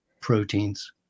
proteins